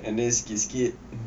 and then sikit sikit